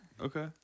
Okay